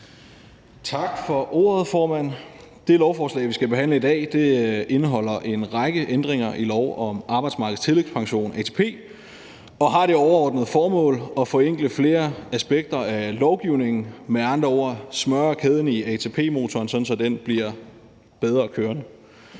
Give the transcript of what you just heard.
Tak for ordet, formand. Det lovforslag, vi skal behandle i dag, indeholder en række ændringer i lov om arbejdsmarkedets tillægspension, ATP, og har det overordnede formål at forenkle flere aspekter af lovgivningen; med andre ord smøre kæden i ATP-motoren, sådan at den bliver bedre kørende.